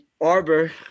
Arbor